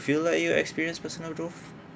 feel like you experienced personal growth